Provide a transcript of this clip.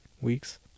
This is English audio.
weeks